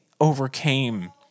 overcame